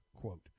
quote